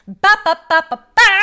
ba-ba-ba-ba-ba